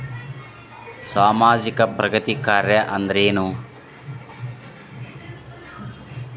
ಸಾಮಾಜಿಕ ಪ್ರಗತಿ ಕಾರ್ಯಾ ಅಂದ್ರೇನು?